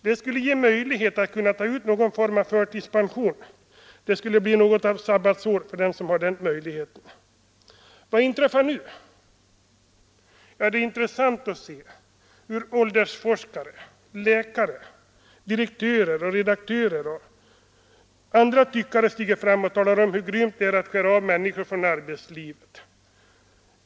Den skulle ge möjlighet att ta ut någon form av förtidspension — det skulle bli något av ett sabbatsår för dem som har den möjligheten. Vad inträffar nu? Ja, det är intressant att se hur åldersforskare, läkare, direktörer, redaktörer och andra tyckare stiger fram och talar om hur grymt det är att skära av människor från arbetslivet.